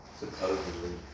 supposedly